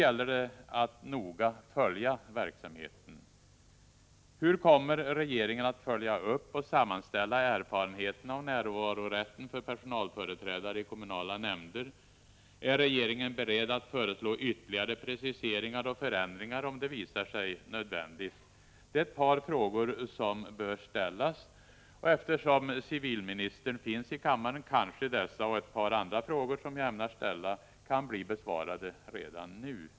gäller det att noga följa verksamheten. Hur kommer regeringen att följa upp och sammanställa erfarenheterna av närvarorätten för personalföreträdare i kommunala nämnder? Är regeringen beredd att föreslå ytterligare preciseringar och förändringar om det visar sig nödvändigt? Det är ett par frågor som bör ställas. Eftersom civilministern är närvarande i kammaren kanske dessa och ett par andra frågor som jag ämnar ställa kan bli besvarade redan nu.